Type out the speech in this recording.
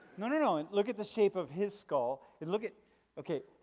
no, no no and look at the shape of his skull and look at okay,